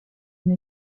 une